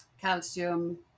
calcium